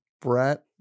Brett